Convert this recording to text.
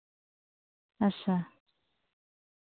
अच्छा